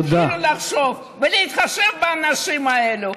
רבותיי, תתחילו לחשוב, ולהתחשב באנשים האלה.